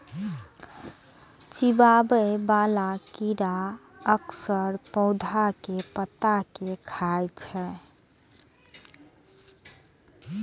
चिबाबै बला कीड़ा अक्सर पौधा के पात कें खाय छै